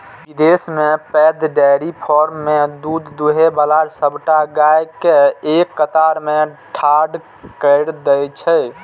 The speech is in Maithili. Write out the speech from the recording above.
विदेश मे पैघ डेयरी फार्म मे दूध दुहै बला सबटा गाय कें एक कतार मे ठाढ़ कैर दै छै